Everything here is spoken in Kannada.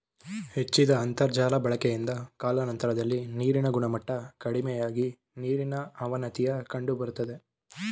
ಹೆಚ್ಚಿದ ಅಂತರ್ಜಾಲ ಬಳಕೆಯಿಂದ ಕಾಲಾನಂತರದಲ್ಲಿ ನೀರಿನ ಗುಣಮಟ್ಟ ಕಡಿಮೆಯಾಗಿ ನೀರಿನ ಅವನತಿಯ ಕಂಡುಬರ್ತದೆ